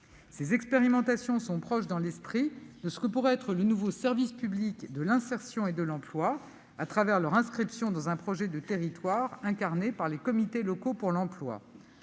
Ces expérimentations sont proches, dans l'esprit, de ce que pourrait être le nouveau service public de l'insertion et de l'emploi, au travers de leur inscription dans un projet de territoire, incarné par les comités locaux pour l'emploi.